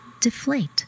deflate